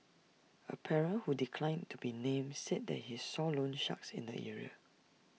A parent who declined to be named said that he saw loansharks in the area